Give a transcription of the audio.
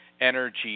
energy